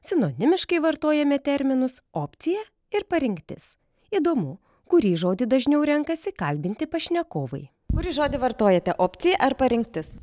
sinonimiškai vartojame terminus opcija ir parinktis įdomu kurį žodį dažniau renkasi kalbinti pašnekovai kurį žodį vartojate opcija ar parinktis